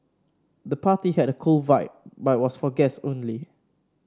the party had a cool vibe but was for guests only